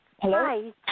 Hello